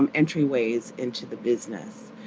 um entry ways into the business.